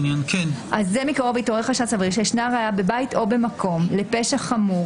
(3)זה מקרוב התעורר חשד סביר שישנה ראיה בבית או במקום לפשע חמור